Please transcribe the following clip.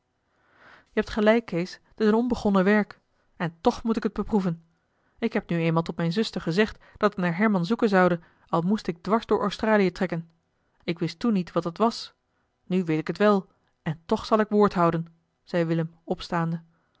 je hebt gelijk kees t is een onbegonnen werk en toch moet ik het beproeven ik heb nu eenmaal tot mijne zuster gezegd dat ik naar herman zoeken zoude al moest ik dwars door australië trekken ik wist toen niet wat dat was nu weet ik het wel en toch zal ik woord houden zei willem opstaande